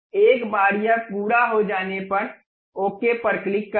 इसलिए एक बार यह पूरा हो जाने पर ओके पर क्लिक करें